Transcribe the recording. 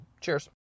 Cheers